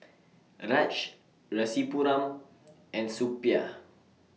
Raj Rasipuram and Suppiah